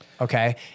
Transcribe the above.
Okay